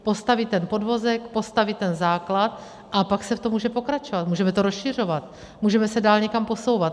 Postavit ten podvozek, postavit ten základ, a pak se v tom může pokračovat, můžeme to rozšiřovat, můžeme se dál někam posouvat.